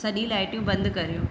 सॼी लाइटूं बंदि करियो